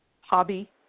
hobby